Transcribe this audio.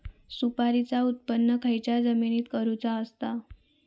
सुपारीचा उत्त्पन खयच्या जमिनीत करूचा असता?